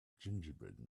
gingerbread